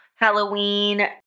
Halloween